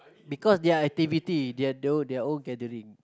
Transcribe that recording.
because their activity their tho~ their own gathering